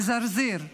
בזרזיר.